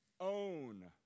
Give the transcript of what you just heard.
own